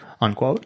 unquote